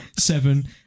seven